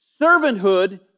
Servanthood